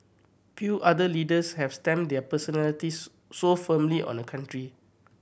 few other leaders have stamped their personalities so firmly on a country